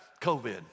COVID